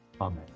Amen